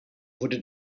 wurde